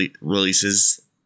releases